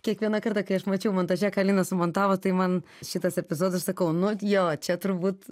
kiekvieną kartą kai aš mačiau montaže ką linas sumontavo tai man šitas epizodas sakau nu jo čia turbūt